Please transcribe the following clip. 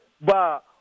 ba